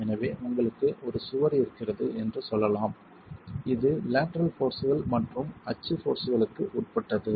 எனவே உங்களுக்கு ஒரு சுவர் இருக்கிறது என்று சொல்லலாம் இது லேட்டரல் போர்ஸ்கள் மற்றும் அச்சு போர்ஸ்களுக்கு உட்பட்டது